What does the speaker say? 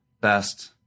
best